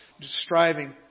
striving